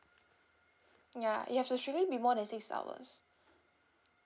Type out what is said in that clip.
ya it have to strictly be more than six hours